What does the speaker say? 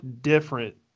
different